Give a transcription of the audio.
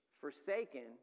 Forsaken